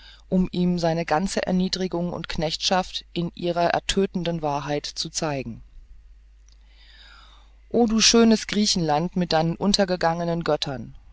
um ihm seine ganze erniedrigung und knechtschaft in ihrer ertödtenden wahrheit zu zeigen o du schönes griechenland mit deinen untergegangenen göttern